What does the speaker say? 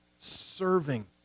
serving